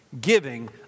Giving